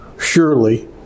surely